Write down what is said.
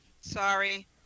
Sorry